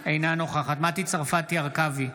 אינה נוכחת מטי צרפתי הרכבי,